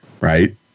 right